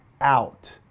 out